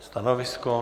Stanovisko?